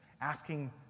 asking